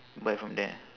buy from there